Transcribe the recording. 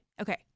okay